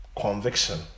Conviction